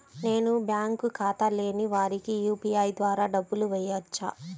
నేను బ్యాంక్ ఖాతా లేని వారికి యూ.పీ.ఐ ద్వారా డబ్బులు వేయచ్చా?